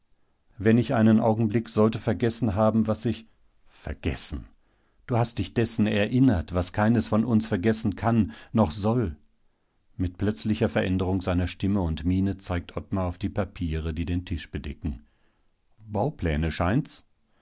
wenn ich einen augenblick sollte vergessen haben was ich vergessen du hast dich dessen erinnert was keines von uns vergessen kann noch soll mit plötzlicher veränderung seiner stimme und miene zeigt ottmar auf die papiere die den tisch bedecken baupläne scheint's